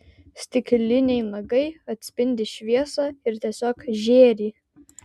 stikliniai nagai atspindi šviesą ir tiesiog žėri